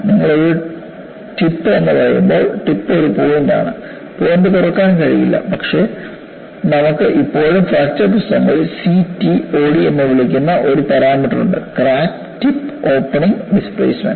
നിങ്ങൾ ഒരു ടിപ്പ് എന്ന് പറയുമ്പോൾ ടിപ്പ് ഒരു പോയിന്റാണ് പോയിന്റ് തുറക്കാൻ കഴിയില്ല പക്ഷേ നമുക്ക് ഇപ്പോഴും ഫ്രാക്ചർ പുസ്തകങ്ങളിൽ CTOD എന്ന് വിളിക്കുന്ന ഒരു പാരാമീറ്റർ ഉണ്ട് ക്രാക്ക് ടിപ്പ് ഓപ്പണിംഗ് ഡിസ്പ്ലേസ്മെന്റ്